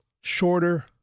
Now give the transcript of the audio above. Shorter